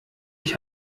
ich